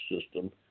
system